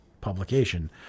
publication